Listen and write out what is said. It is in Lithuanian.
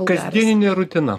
kasdieninė rutina